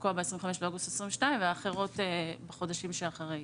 לפקוע ב-25 אוגוסט 2025 והאחרון בחודשים שלאחר מכן.